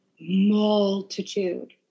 multitude